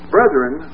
Brethren